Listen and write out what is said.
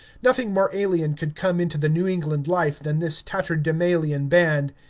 nothing more alien could come into the new england life than this tatterdemalion band.